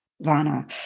vana